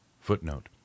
Footnote